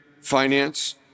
finance